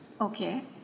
Okay